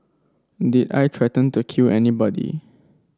did I threaten to kill anybody